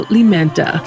Limenta